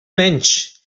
menys